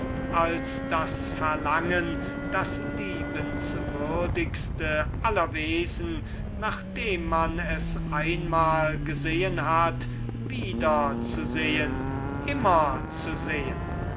als das verlangen das vollkommenste und liebenswürdigste unter allen wesen nachdem man es einmal gesehen hat immer zu sehen